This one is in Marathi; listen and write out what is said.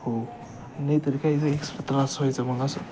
हो नाहीतरी काहीचं एक्स्ट्रा सोयीचं मग असं